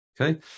Okay